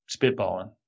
spitballing